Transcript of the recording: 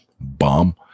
bomb